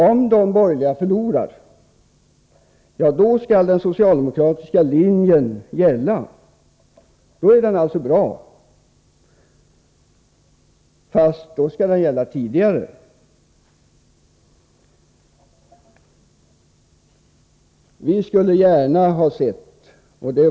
Om de borgerliga förlorar, skall den socialdemoktratiska linjen gälla — då är den alltså bra — fast då skall den gälla från en tidigare tidpunkt.